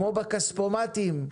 כמו בכספומטים,